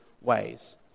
ways